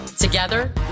Together